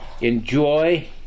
enjoy